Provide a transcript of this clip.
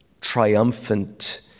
triumphant